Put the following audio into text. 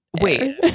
Wait